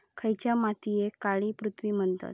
खयच्या मातीयेक काळी पृथ्वी म्हणतत?